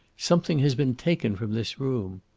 something has been taken from this room.